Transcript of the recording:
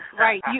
Right